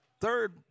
third